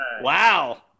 Wow